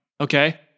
Okay